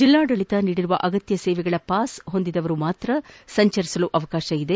ಜಿಲ್ಲಾಡಳಿತ ನೀಡಿರುವ ಅಗತ್ಯ ಸೇವೆಗಳ ಪಾಸ್ ಹೊಂದಿದವರು ಮಾತ್ರ ಸಂಚರಿಸಲು ಅವಕಾಶವಿದೆ